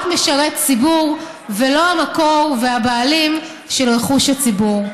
משרת ציבור ולא המקור והבעלים של רכוש הציבור: